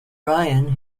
ryan